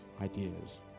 ideas